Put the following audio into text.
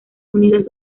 unidos